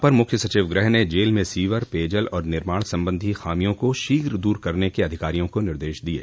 अपर मुख्य सचिव गृह ने जेल में सीवर पेय जल और निर्माण संबंधी खामियों को शीघ्र दूर करने के अधिकारियों को निर्देश दिये